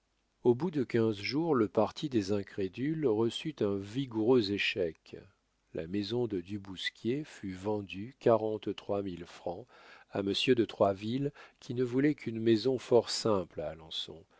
au bout de quinze jours le parti des incrédules reçut un vigoureux échec la maison de du bousquier fut vendue quarante-trois mille francs à monsieur de troisville qui ne voulait qu'une maison fort simple